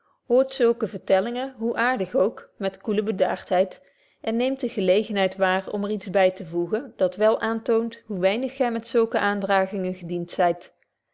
hoort zulke vertellingen hoe aartig ook met koele bedaartheid en neemt de gelegentheid waar om er iets by te voegen dat wel aantoont hoe weinig gy met zulke aandragingen gediend zyt